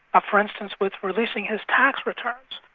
ah for instance with releasing his tax returns.